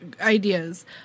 ideas